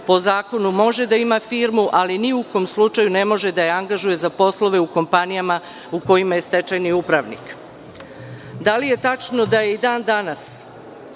po zakonu može da ima firmu, ali ni u kom slučaju ne može da je angažuje za poslove u kompanijama u kojima je stečajni upravnik? Da li je tačno da je i dan danas